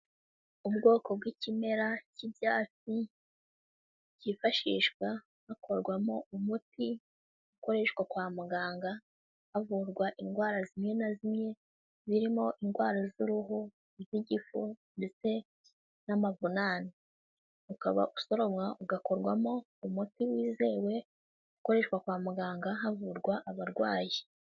Ubwoko bw'ikimera k'ibyatsi kifashishwa hakorwamo umuti ukoreshwa kwa muganga havurwa indwara zimwe na zimwe zirimo indwara z'uruhu, iz'igifu, ndetse n'amavunane. Ukaba usoromwa ugakorwamo umuti wizewe ukoreshwa kwa muganga havurwa abarwayi.